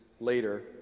later